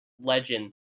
legend